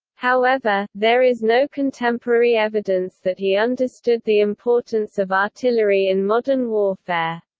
however, there is no contemporary evidence that he understood the importance of artillery in modern warfare.